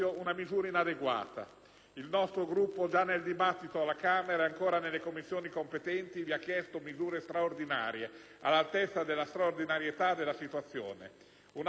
Il nostro Gruppo già nel dibattito alla Camera, e ancora nelle Commissioni competenti, ha chiesto misure straordinarie all'altezza della straordinarietà della situazione. Una manovra dì un punto di